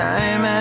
Time